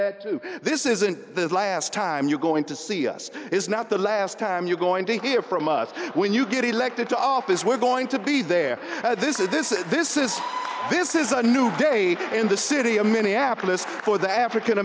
that this isn't the last time you're going to see us is not the last time you're going to hear from us when you get elected to office we're going to be there this is this is this is this is a new day in the city of minneapolis for the african